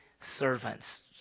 servants